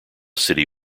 city